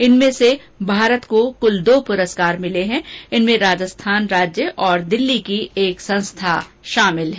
इनमें भारत को कुल दो प्रस्कार मिले हैं इनमें राजस्थान राज्य और दिल्ली की एक संस्था शामिल है